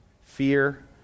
fear